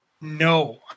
No